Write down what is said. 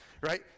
right